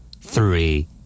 Three